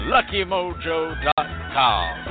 LuckyMojo.com